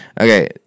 Okay